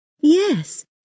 yes